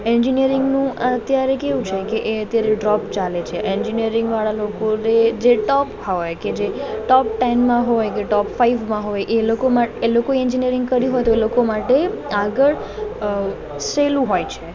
એન્જિનિયરિંગનું અત્યારે કેવું છે કે એ અત્યારે ડ્રોપ ચાલે છે એન્જિનિયરિંગવાળા લોકો રે જે ટોપના હોય કે જે ટૉપ ટૅનમાં હોય કે ટૉપ ફાઇવમાં હોય એ લોકો મા એ લોકોએ એન્જિનિયરિંગ કર્યું હોય તો એ લોકો માટે આગળ અ સહેલું હોય છે